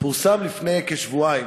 פורסם לפני כשבועיים